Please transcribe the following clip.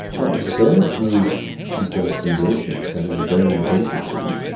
not necessarily through deep brain stimulation, that is a very invasive technique,